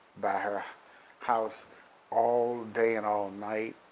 by her house all day and all night,